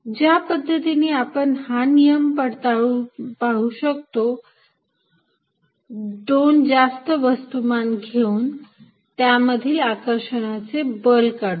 ज्या पद्धतीने आपण हा नियम पडताळून पाहू शकतो 2 जास्त वस्तुमान घेऊन त्यामधील आकर्षणाचे बल काढून